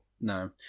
No